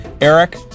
Eric